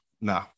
no